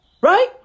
Right